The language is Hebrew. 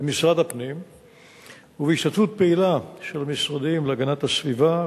במשרד הפנים ובהשתתפות פעילה של המשרד להגנת הסביבה,